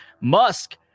Musk